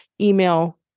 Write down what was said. email